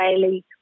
daily